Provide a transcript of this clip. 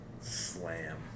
Slam